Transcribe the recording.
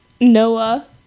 Noah